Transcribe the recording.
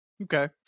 Okay